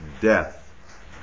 death